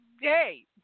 Hey